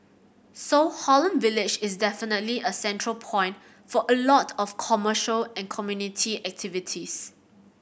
so Holland Village is definitely a central point for a lot of commercial and community activities